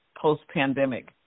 post-pandemic